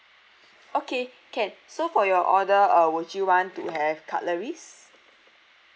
okay can so for your order uh would you want to have cutleries